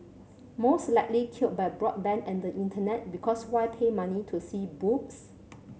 most likely killed by broadband and the Internet because why pay money to see boobs